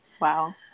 Wow